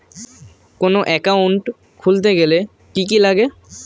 কোন একাউন্ট খুলতে গেলে কি কি লাগে?